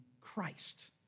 Christ